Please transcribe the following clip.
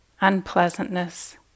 unpleasantness